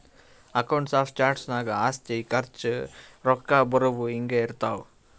accounts of charts ನಾಗ್ ಆಸ್ತಿ, ಖರ್ಚ, ರೊಕ್ಕಾ ಬರವು, ಹಿಂಗೆ ಇರ್ತಾವ್